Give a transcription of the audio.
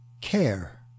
care